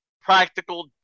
Practical